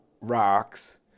rocks